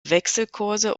wechselkurse